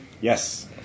Yes